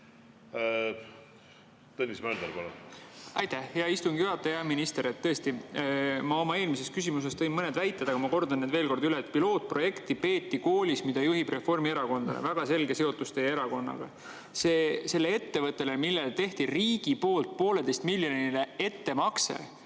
Tõnis Mölder, palun! Aitäh, hea istungi juhataja! Hea minister! Tõesti, ma oma eelmises küsimuses tõin mõned väited, aga ma kordan need veel kord üle. Et pilootprojekt [tehti] koolis, mida juhib reformierakondlane – väga selge seotus teie erakonnaga. Sellel ettevõttel, millele tehti riigi poolt pooleteisemiljoniline ettemakse,